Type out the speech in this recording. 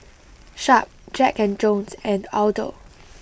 Sharp Jack and Jones and Aldo